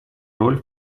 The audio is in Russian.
роль